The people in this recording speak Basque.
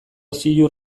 ziur